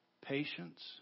Patience